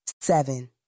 Seven